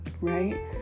right